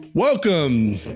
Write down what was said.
Welcome